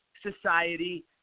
society